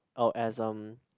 oh as um